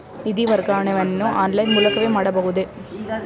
ನಿಧಿ ವರ್ಗಾವಣೆಯನ್ನು ಆನ್ಲೈನ್ ಮೂಲಕವೇ ಮಾಡಬಹುದೇ?